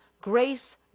grace